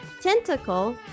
Tentacle